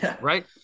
right